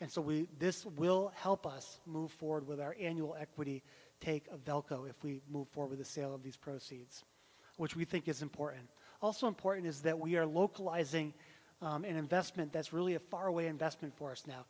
and so we this will help us move forward with our annual equity take of elko if we move forward the sale of these proceeds which we think is important also important is that we are localizing an investment that's really a far away investment for us now